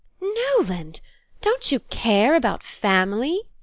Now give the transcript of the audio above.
newland don't you care about family?